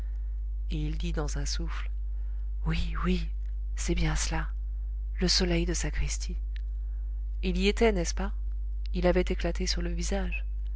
et il dit dans un souffle oui oui c'est bien cela le soleil de sacristie il y était n'est-ce pas il avait éclaté sur le visage